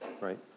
right